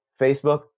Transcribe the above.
Facebook